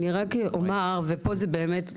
אני רק אומר ופה זה באמת לכם.